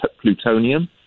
plutonium